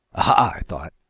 i thought,